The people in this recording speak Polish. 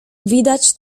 widać